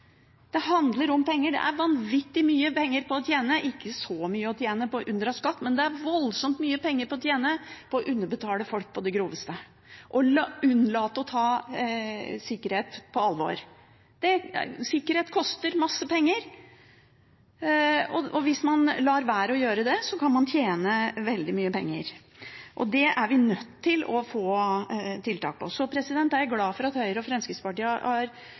Det er vanvittig mye penger å tjene. Det er ikke så mye å tjene på å unndra skatt, men det er voldsomt mye penger å tjene på å underbetale folk på det groveste, og å unnlate å ta sikkerheten på alvor. Sikkerhet koster masse penger, og hvis man lar være å sørge for den, kan man tjene veldig mye penger. Det er vi nødt til å få tiltak på. Så er jeg glad for at Høyre og Fremskrittspartiet har